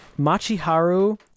Machiharu